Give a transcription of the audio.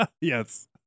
yes